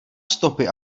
stopy